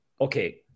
Okay